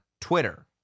Twitter